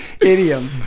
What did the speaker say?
idiom